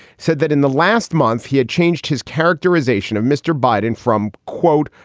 said that in the last month he had changed his characterisation of mr. biden from, quote,